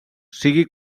sigui